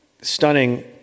stunning